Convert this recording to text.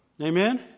Amen